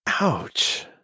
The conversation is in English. ouch